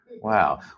wow